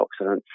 antioxidants